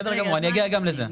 בסדר גמור, אני אגיע גם לזה.